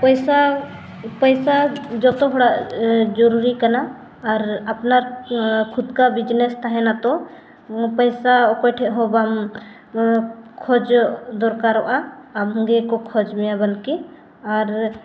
ᱯᱚᱭᱥᱟ ᱯᱚᱭᱥᱟ ᱡᱚᱛᱚ ᱦᱚᱲᱟᱜ ᱡᱚᱨᱩᱨᱤ ᱠᱟᱱᱟ ᱟᱨ ᱟᱯᱱᱟᱨ ᱠᱷᱩᱫᱽᱠᱟ ᱛᱟᱦᱮᱱᱟ ᱛᱳ ᱯᱚᱭᱥᱟ ᱚᱠᱚᱭ ᱴᱷᱮᱱ ᱦᱚᱸ ᱵᱟᱢ ᱠᱷᱚᱡᱚᱜ ᱫᱚᱨᱠᱟᱨᱚᱜᱼᱟ ᱟᱢ ᱜᱮᱠᱚ ᱠᱷᱚᱡ ᱢᱮᱭᱟ ᱵᱟᱞᱠᱤ ᱟᱨ